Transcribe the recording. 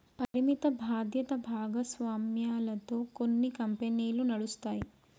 పరిమిత బాధ్యత భాగస్వామ్యాలతో కొన్ని కంపెనీలు నడుస్తాయి